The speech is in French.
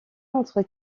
entre